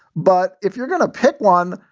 but if you're going to pick one,